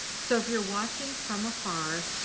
so if you're watching from afar,